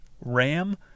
Ram